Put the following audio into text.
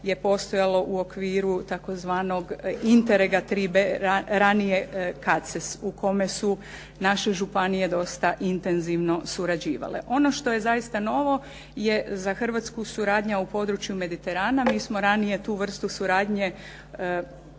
je postojalo u okviru tzv. "Interegatribe" ranije … /Govornica se ne razumije./ … u kome su naše županije dosta intenzivno surađivale. Ono što je zaista novo je za Hrvatsku suradnja u području Mediterana. Mi smo ranije tu vrstu suradnje imali